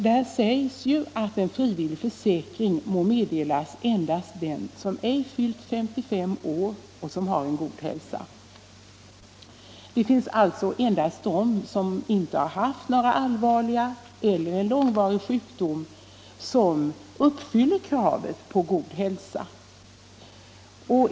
Där sägs: ”Frivillig försäkring må meddelas endast dem som ej fyllt femtiofem år och som har god hälsa.” Endast de som inte har haft någon allvarlig eller långvarig sjukdom uppfyller således kravet på god hälsa.